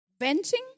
venting